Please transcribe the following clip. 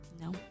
No